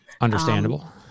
understandable